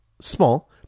small